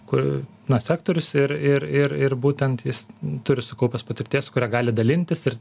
kur na sektorius ir ir ir būtent jis turi sukaupęs patirties kuria gali dalintis ir